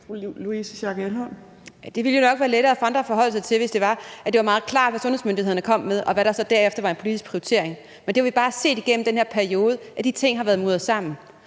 Det ville jo nok være lettere for andre at forholde sig til, hvis det var meget klart, hvad sundhedsmyndighederne kom med, og hvis der så derefter var en politisk prioritering. Men vi har jo bare set igennem den her periode, at de ting har været mudret sammen.